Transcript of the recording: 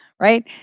Right